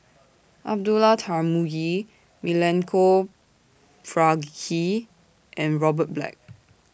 Abdullah Tarmugi Milenko Prvacki and Robert Black